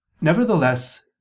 Nevertheless